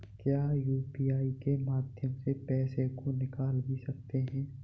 क्या यू.पी.आई के माध्यम से पैसे को निकाल भी सकते हैं?